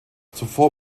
zuvor